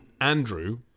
Andrew